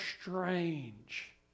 strange